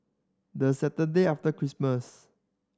the Saturday after Christmas